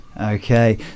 Okay